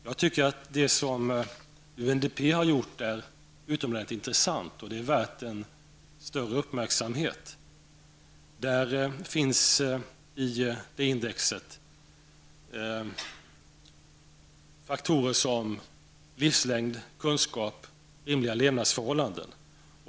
Jag tycker att det som UNDP har gjort är utomordentligt intressant och är värt en större uppmärksamhet. I UNDPs index finns faktorer som livslängd, kunskap och rimliga levnadsförhållanden.